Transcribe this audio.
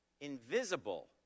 invisible